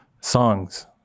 songs